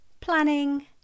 planning